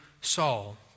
Saul